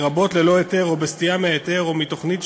לרבות ללא היתר או בסטייה מההיתר או מתוכנית,